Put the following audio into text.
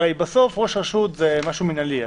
בסוף, ראש רשות זה משהו מינהלי.